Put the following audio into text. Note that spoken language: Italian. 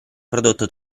prodotto